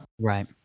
Right